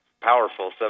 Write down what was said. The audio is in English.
powerful